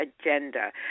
agenda